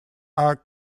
are